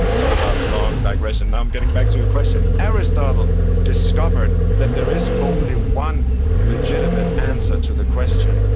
sorry about the long digression. now i'm getting back to your question. aristotle discovered that there is only one legitimate answer to the question,